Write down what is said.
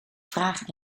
vraag